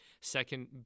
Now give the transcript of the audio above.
second